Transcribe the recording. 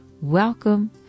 Welcome